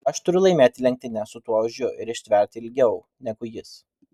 aš turiu laimėti lenktynes su tuo ožiu ir ištverti ilgiau negu jis